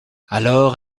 alors